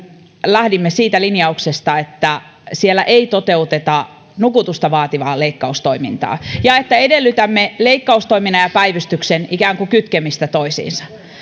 lähdimme siitä linjauksesta että siellä ei toteuteta nukutusta vaativaa leikkaustoimintaa ja että edellytämme ikään kuin leikkaustoiminnan ja päivystyksen kytkemistä toisiinsa